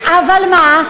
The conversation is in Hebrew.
אבל מה,